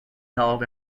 held